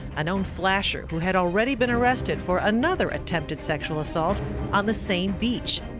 a known flasher who had already been arrested for another attempted sexual assault on the same beach.